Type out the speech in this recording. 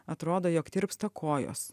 atrodo jog tirpsta kojos